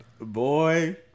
Boy